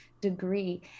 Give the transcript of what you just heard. degree